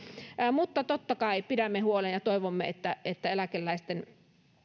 mutta totta kai pidämme huolen ja ja toivomme että että eläkeläisten